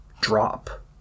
drop